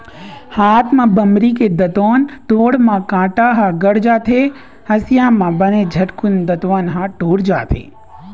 हाथ म बमरी के दतवन तोड़े म कांटा ह गड़ जाथे, हँसिया म बने झटकून दतवन ह टूट जाथे